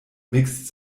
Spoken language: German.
mixt